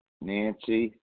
Nancy